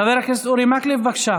חבר הכנסת אורי מקלב, בבקשה.